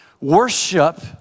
Worship